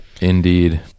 Indeed